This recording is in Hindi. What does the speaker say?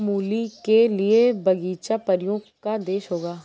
मूली के लिए बगीचा परियों का देश होगा